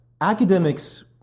academics